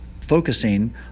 focusing